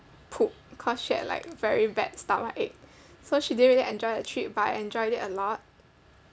poop cause she had like very bad stomachache so she didn't really enjoy the trip but I enjoyed it a lot